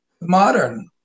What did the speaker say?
modern